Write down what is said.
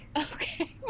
Okay